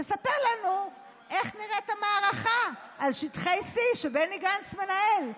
תספר לנו איך נראית המערכה על שטחי C שבני גנץ מנהל.